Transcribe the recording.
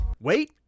Wait